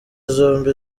zombi